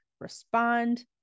respond